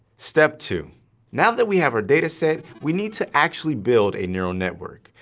step two now that we have our dataset, we need to actually build a neural network,